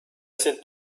sind